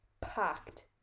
packed